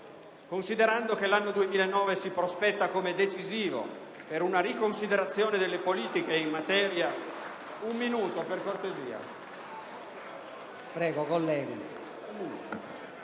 Considerando che l'anno 2009 si prospetta come decisivo per una riconsiderazione delle politiche in materia ... *(Applausi